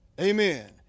Amen